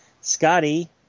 Scotty